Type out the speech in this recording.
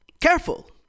careful